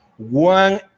one